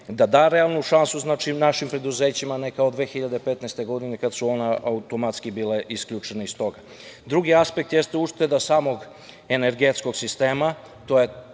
da da realnu šansu našim preduzećima, a ne kao 2015. godine kada su ona automatski bila isključena iz toga. Drugi aspekt jeste ušteda samog energetskog sistema.